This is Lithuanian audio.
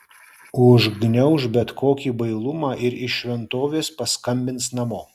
užgniauš bet kokį bailumą ir iš šventovės paskambins namo